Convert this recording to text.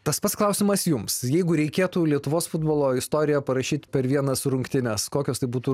tas pats klausimas jums jeigu reikėtų lietuvos futbolo istoriją parašyt per vienas rungtynes kokios tai būtų